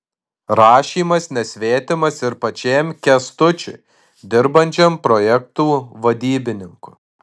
rašymas nesvetimas ir pačiam kęstučiui dirbančiam projektų vadybininku